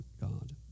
God